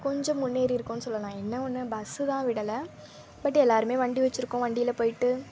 இப்போ கொஞ்சம் முன்னேறிருக்கோம்னு சொல்லலாம் என்ன ஒன்று பஸ்ஸு தான் விடலை பட் எல்லோருமே வண்டி வச்சுருக்கோம் வண்டியில் போயிட்டு